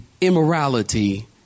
immorality